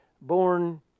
born